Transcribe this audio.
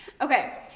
Okay